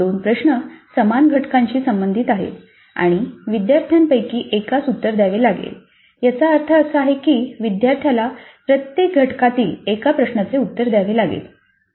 2 प्रश्न समान घटकाशी संबंधित आहेत आणि विद्यार्थ्यांपैकी एकास उत्तर द्यावे लागेल याचा अर्थ असा आहे की विद्यार्थ्याला प्रत्येक घटकातील एका प्रश्नाचे उत्तर द्यावे लागेल